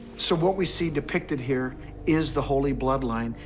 so what we see depicted here is the holy bloodline,